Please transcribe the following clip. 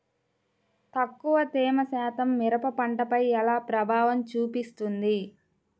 తక్కువ తేమ శాతం మిరప పంటపై ఎలా ప్రభావం చూపిస్తుంది?